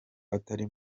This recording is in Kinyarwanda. atari